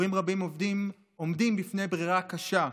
הורים רבים עומדים בפני ברירה קשה: